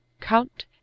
Count